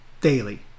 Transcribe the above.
daily